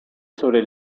sobre